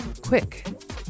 quick